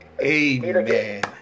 Amen